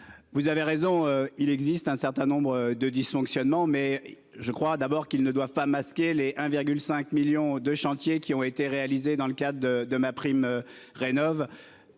Vous avez raison, il existe un certain nombre de dysfonctionnements, mais je crois d'abord qu'ils ne doivent pas masquer l'et 1,5 millions de chantiers qui ont été réalisées dans le cadre de de ma prime rénovent.